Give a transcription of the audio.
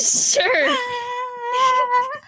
Sure